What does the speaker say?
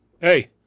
Hey